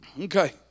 Okay